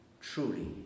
Truly